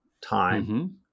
time